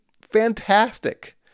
fantastic